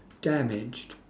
damaged